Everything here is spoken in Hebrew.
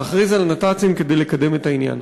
להכריז על נת"צים כדי לקדם את העניין.